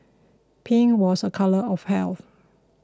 pink was a colour of health